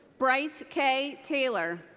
bryce k. taylor.